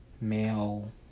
male